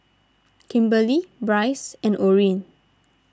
Kimberlee Brice and Orin